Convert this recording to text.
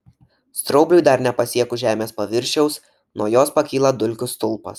straubliui dar nepasiekus žemės paviršiaus nuo jos pakyla dulkių stulpas